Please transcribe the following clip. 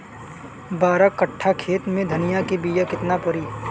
बारह कट्ठाखेत में धनिया के बीया केतना परी?